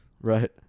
Right